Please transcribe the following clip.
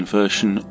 version